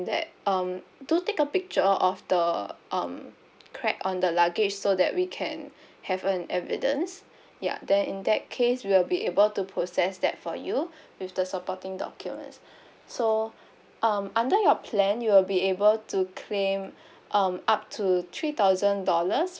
that um do take a picture of the um crack on the luggage so that we can have an evidence ya then in that case we'll be able to process that for you with the supporting documents so um under your plan you'll be able to claim um up to three thousand dollars